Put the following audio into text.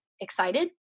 excited